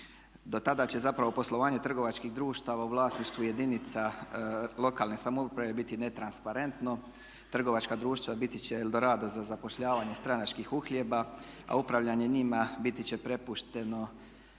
dotada će zapravo poslovanje trgovačkih društava u vlasništvu jedinica lokalne samouprave biti netransparentno, trgovačka društva biti će El Dorado za zapošljavanje stranačkih uhljeba, a upravljanje njima biti će prepušteno